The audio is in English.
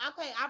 Okay